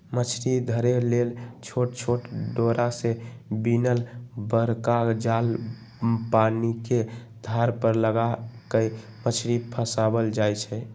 मछरी धरे लेल छोट छोट डोरा से बिनल बरका जाल पानिके धार पर लगा कऽ मछरी फसायल जाइ छै